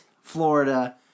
Florida